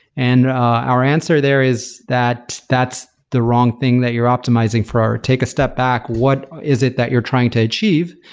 and ah our answer there is that that's the wrong thing that you're optimizing for, or take a step back. what is it that you're trying to achieve?